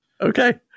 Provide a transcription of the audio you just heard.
Okay